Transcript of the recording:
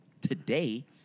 Today